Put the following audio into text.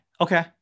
okay